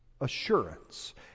assurance